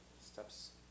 Steps